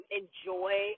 enjoy